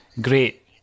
Great